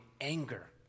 anger